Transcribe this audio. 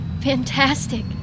Fantastic